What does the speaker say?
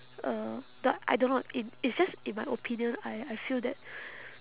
uh do~ I don't know in it's just in my opinion I I feel that